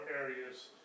areas